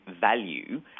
value